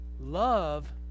Love